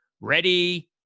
Ready